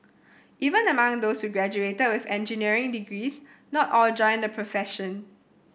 even among those who graduated with engineering degrees not all joined the profession